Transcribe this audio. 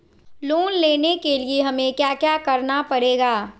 Loan लेने के लिए हमें क्या क्या करना पड़ेगा?